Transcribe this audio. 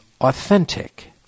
authentic